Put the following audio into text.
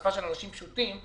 בשפה של אנשים פשוטים,